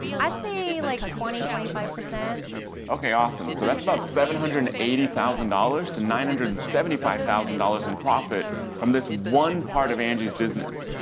i'd say like twenty, twenty five. okay, awesome, so that's about seven hundred and eighty thousand dollars to nine hundred and seventy five thousand dollars in profit from this one part of angie's business.